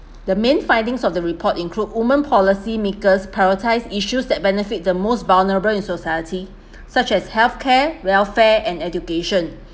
the main findings of the report include women policy makers prioritise issues that benefit the most vulnerable in society such as health care welfare and education